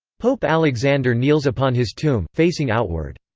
pope alexander kneels upon his tomb, facing outward.